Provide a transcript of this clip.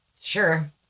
Sure